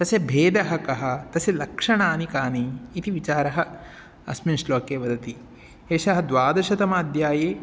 तस्य भेदः कः तस्य लक्षणानि कानि इति विचारः अस्मिन् श्लोके वदति एषः द्वादशतम अध्याये